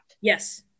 Yes